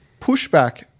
pushback